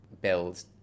build